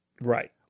right